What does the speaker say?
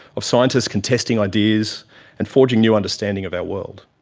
of scientists contesting ideas and forging new understanding of our world.